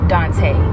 Dante